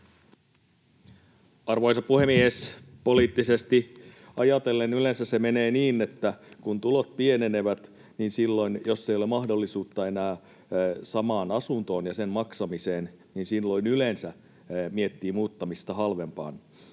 Arvoisa puhemies! Poliittisesti ajatellen yleensä se menee niin, että kun tulot pienenevät, niin silloin jos ei ole mahdollisuutta enää samaan asuntoon ja sen maksamiseen, niin yleensä miettii muuttamista halvempaan